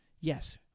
Yes